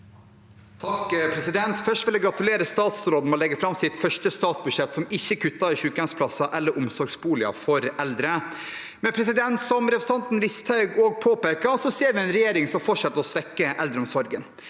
(H) Først vil jeg gra- tulere statsråden med å legge fram sitt første statsbudsjett som ikke kutter i sykehjemsplasser eller omsorgsboliger for eldre. Men, som representanten Listhaug også påpeker, vi ser en regjering som fortsetter å svekke eldreomsorgen.